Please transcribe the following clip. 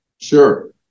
Sure